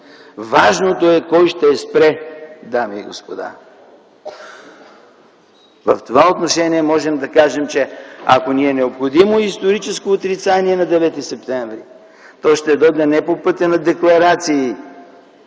важното е кой ще я спре, дами и господа. В това отношение можем да кажем, че ако ни е необходимо историческо отрицание на Девети септември, то ще дойде не по пътя на декларации